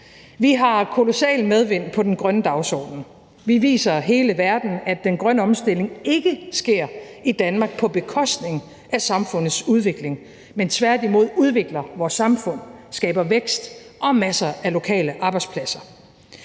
Vi har kolossal medvind på den grønne dagsorden, vi viser hele verden, at den grønne omstilling ikke sker i Danmark på bekostning af samfundets udvikling, men tværtimod udvikler vores samfund, skaber vækst og masser af lokale arbejdspladser.